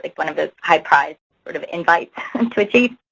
like one of those high prize sort of invites and to achieve